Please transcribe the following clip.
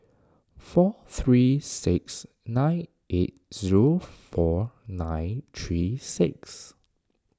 four three six nine eight zero four nine three six